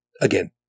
again